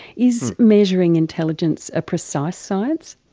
is measuring intelligence a precise science?